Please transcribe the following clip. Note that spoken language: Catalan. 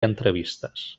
entrevistes